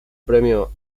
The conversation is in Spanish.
premio